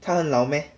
他很老 meh